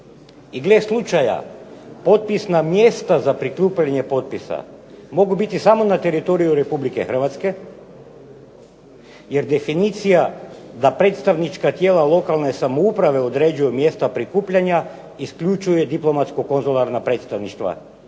I gle slučaja potpisna mjesta za prikupljanje potpisa mogu biti samo na teritoriju Republike Hrvatske, jer definicija da predstavnička tijela lokalne samouprave određuju mjesta prikupljanja, isključuje diplomatsko konzularna predstavništva iz